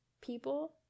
people